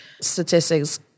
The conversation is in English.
statistics